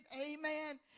Amen